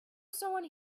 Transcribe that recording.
someone